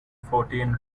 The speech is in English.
fourteen